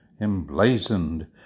emblazoned